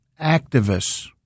activists